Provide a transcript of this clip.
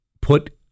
Put